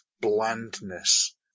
blandness